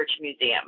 Museum